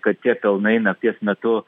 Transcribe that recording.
kad tie pelnai nakties metu